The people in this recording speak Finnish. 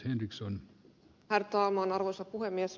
herr talman arvoisa puhemies